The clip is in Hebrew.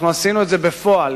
עשינו את זה בפועל.